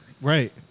Right